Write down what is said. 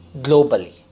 globally